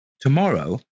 Tomorrow